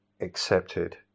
accepted